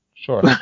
Sure